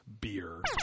beer